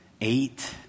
eight